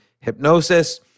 hypnosis